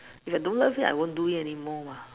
if I don't love it I won't do it anymore lah